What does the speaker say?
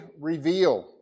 reveal